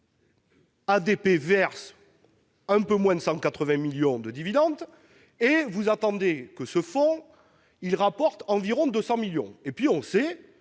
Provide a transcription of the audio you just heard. ADP verse un peu moins de 180 millions d'euros de dividendes et vous attendez de ce fonds qu'il rapporte environ 200 millions d'euros. On sait